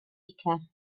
ficer